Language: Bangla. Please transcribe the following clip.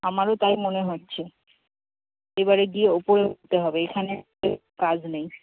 আমারও তাই মনে হচ্ছে এবারে গিয়ে উপরে এখানে কাজ নেই